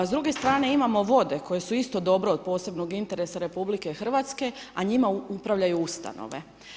S druge strane imamo vode koje su isto dobro od posebnog interesa RH, a njima upravljaju ustanove.